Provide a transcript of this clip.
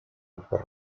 per